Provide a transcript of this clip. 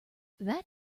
that